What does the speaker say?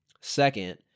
Second